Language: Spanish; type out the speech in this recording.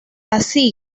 así